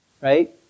right